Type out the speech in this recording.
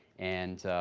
and